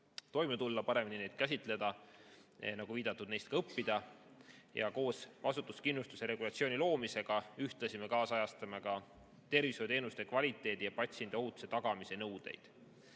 toime tulla, paremini neid käsitleda ja, nagu viidatud, neist ka õppida. Koos vastutuskindlustuse regulatsiooni loomisega me kaasajastame ka tervishoiuteenuste kvaliteedi ja patsiendiohutuse tagamise nõudeid.